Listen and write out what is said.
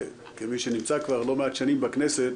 כמי שנמצא כבר לא מעט שנים בכנסת,